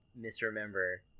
misremember